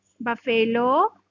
buffalo